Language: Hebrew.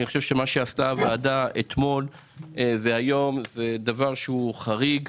מה שעשתה הוועדה אתמול והיום הוא דבר חריג,